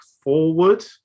forward